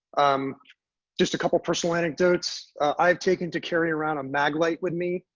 um just a couple personal anecdotes. i've taken to carry around a mag light with me.